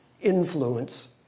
influence